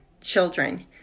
children